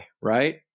right